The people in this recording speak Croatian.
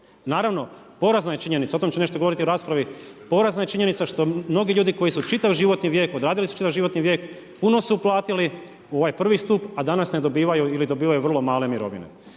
Naravno, porazna je činjenica, o tom ću nešto govoriti u raspravi. Porazna je činjenica što mnogi ljudi koji su čitav životni vijek odradili, čitav životni vijek puno su uplatili u ovaj prvi stup, a danas ne dobivaju ili dobivaju vrlo male mirovine.